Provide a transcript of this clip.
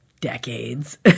decades